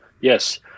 Yes